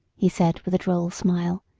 he said, with a droll smile,